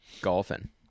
golfing